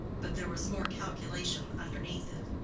but there was more calculation underneath it.